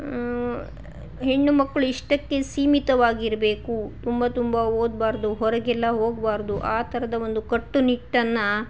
ಹೆಣ್ಣು ಮಕ್ಕಳು ಇಷ್ಟಕ್ಕೆ ಸೀಮಿತವಾಗಿರಬೇಕು ತುಂಬ ತುಂಬ ಓದಬಾರ್ದು ಹೊರಗೆಲ್ಲ ಹೋಗಬಾರ್ದು ಆ ಥರದ ಒಂದು ಕಟ್ಟುನಿಟ್ಟನ್ನು